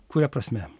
kuria prasme